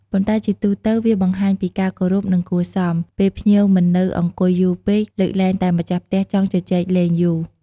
ប៉ុន្តែជាទូទៅ វាបង្ហាញពីការគោរព និងគួរសម ពេលភ្ញៀវមិននៅអង្គុយយូរពេក លើកលែងតែម្ចាស់ផ្ទះចង់ជជែកលែងយូរ។